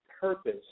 purpose